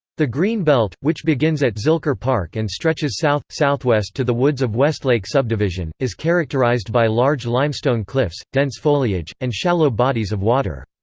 the greenbelt, which begins at zilker park and stretches south southwest to the woods of westlake subdivision, is characterized by large limestone cliffs, dense foliage, and shallow bodies of water.